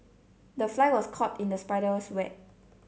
the fly was caught in the spider's web